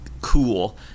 cool